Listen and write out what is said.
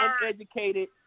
uneducated